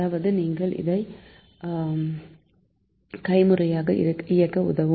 அதாவது நீங்கள் இதை கைமுறையாக இயக்க உதவும்